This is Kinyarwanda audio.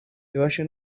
ibashe